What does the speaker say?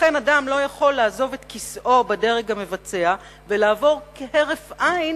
לכן אדם אינו יכול לעזוב את כיסאו בדרג המבצע ולעבור כהרף עין